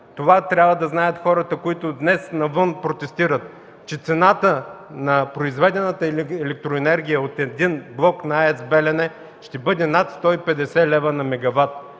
Това трябва да знаят хората, които протестират днес навън, че цената на произведената електроенергия от един блок на АЕЦ „Белене” ще бъде над 150 лева на мегават.